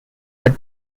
but